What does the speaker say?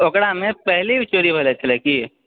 ओकरामे पहिले भी चोरी भेल छलै की